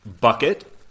bucket